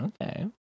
Okay